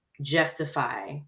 justify